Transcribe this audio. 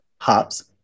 hops